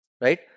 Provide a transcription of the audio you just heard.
right